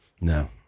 No